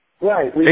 right